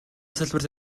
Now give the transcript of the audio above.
салбарт